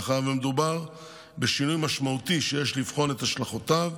מאחר שמדובר בשינוי משמעותי שיש לבחון את השלכותיו,